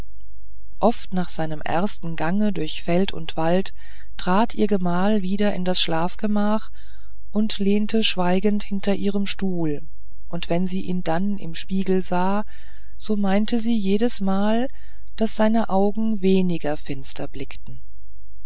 oft nach seinem ersten gange durch feld und wald trat ihr gemahl wieder in das schlafgemach und lehnte schweigend hinter ihrem stuhl und wenn sie ihn dann im spiegel sah so meinte sie jedesmal daß seine augen weniger finster blickten